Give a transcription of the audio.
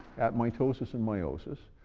at mitosis and meiosis,